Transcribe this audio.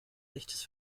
echtes